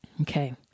Okay